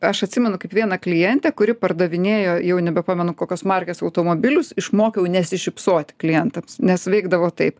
aš atsimenu kaip vienę klientę kuri pardavinėjo jau nebepamenu kokios markės automobilius išmokiau nesišypsoti klientams nes veikdavo taip